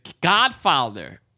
godfather